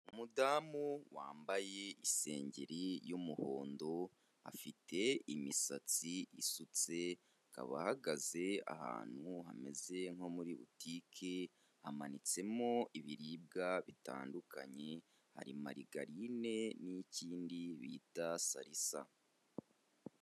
Umudamu wambaye isengeri y’umuhondo, afite imisatsi isutse akaba ahagaze ahantu hameze nko muri butike hamanitsemo ibiribwa bitandukanye, hari marigarine n’ikindi bita salisa.